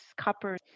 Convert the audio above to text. copper